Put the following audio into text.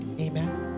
Amen